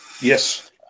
Yes